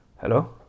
Hello